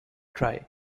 try